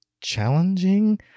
challenging